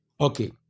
Okay